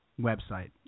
website